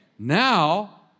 Now